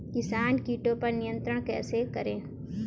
किसान कीटो पर नियंत्रण कैसे करें?